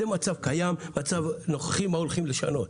זה מצב קיים, מצב נוכחי מה הולכים לשנות.